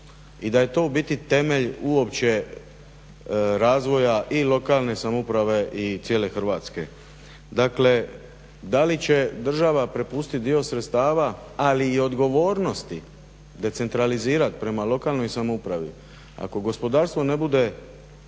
i da je to u biti temelj uopće razvoja i lokalne samouprave i cijele Hrvatske. Dakle, da li će država prepustit dio sredstava ali i odgovornosti decentralizirat prema lokalnoj samoupravi, ako gospodarstvo ne bude